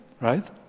right